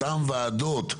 אותן ועדות.